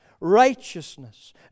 righteousness